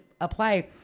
apply